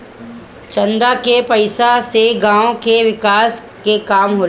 चंदा के पईसा से गांव के विकास के काम होला